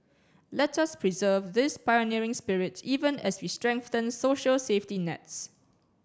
let us preserve this pioneering spirit even as we strengthen social safety nets